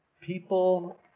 people